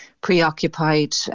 preoccupied